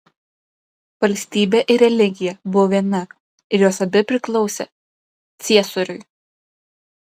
valstybė ir religija buvo viena ir jos abi priklausė ciesoriui